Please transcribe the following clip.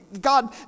God